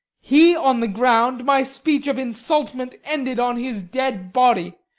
he on the ground, my speech of insultment ended on his dead body,